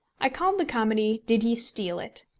i called the comedy did he steal it?